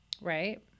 Right